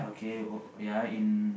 okay ya in